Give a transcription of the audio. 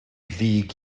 ddig